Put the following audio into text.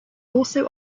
also